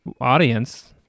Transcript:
audience